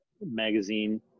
magazine